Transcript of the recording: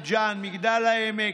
מגדל העמק,